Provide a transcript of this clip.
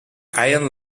ion